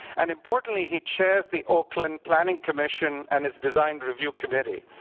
and importantly he chairs the oakland planning commission and its design review committee.